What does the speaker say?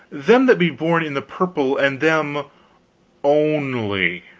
them that be born in the purple and them only.